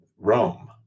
rome